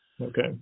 Okay